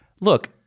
Look